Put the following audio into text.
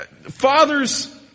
Fathers